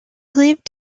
lived